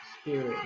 spirit